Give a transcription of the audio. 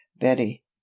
betty